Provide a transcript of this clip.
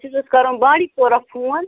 اَسہِ حظ اوس کَرُن بانڈی پورہ فون